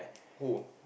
who